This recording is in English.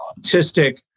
autistic